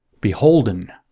beholden